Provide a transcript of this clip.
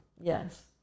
Yes